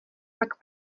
pak